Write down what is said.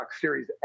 Series